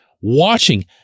watching